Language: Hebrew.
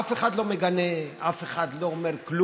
אף אחד לא מגנה, אף אחד לא אומר כלום.